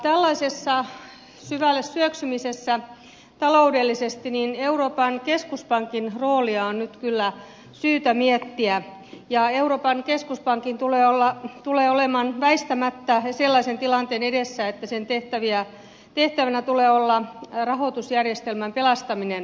tällaisessa syvälle syöksymisessä taloudellisesti euroopan keskuspankin roolia on nyt kyllä syytä miettiä ja euroopan keskuspankki tulee väistämättä olemaan sellaisen tilanteen edessä että sen tehtävänä tulee olla rahoitusjärjestelmän pelastaminen